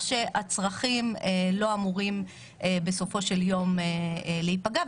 שהצרכים לא אמורים בסופו של יום להיפגע.